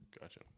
Gotcha